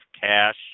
cash